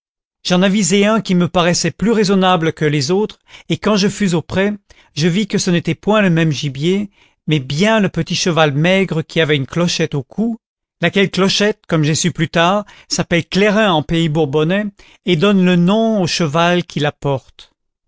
j'en avisai un qui me paraissait plus raisonnable que les autres et quand je fus auprès je vis que ce n'était point le même gibier mais bien le petit cheval maigre qui avait une clochette au cou laquelle clochette comme j'ai su plus tard s'appelle clairin en pays bourbonnais et donne le nom au cheval qui